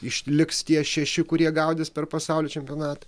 išliks tie šeši kurie gaudys per pasaulio čempionatą